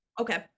okay